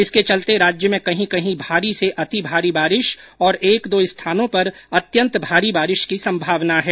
इसके चलते राज्य में कहीं कहीं भारी से अति भारी बारिश और एक दो स्थान पर अत्यंत भारी बारिश की संभावना है